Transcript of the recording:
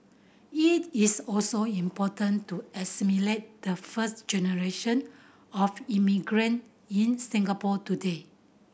it is also important to assimilate the first generation of immigrant in Singapore today